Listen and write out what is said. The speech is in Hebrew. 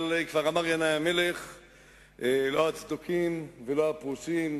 אבל כבר ינאי המלך אמר: לא הצדוקים ולא הפרושים,